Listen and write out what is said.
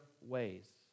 ways